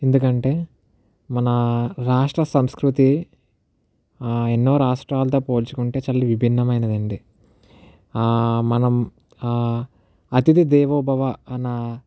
ఎందుకంటే మన రాష్ట్ర సంస్కృతి ఎన్నో రాష్ట్రాలతో పోల్చుకుంటే చాలా విభిన్నమైనది అండి మనం ఆ అతిథిదేవోభవ అన